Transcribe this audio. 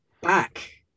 back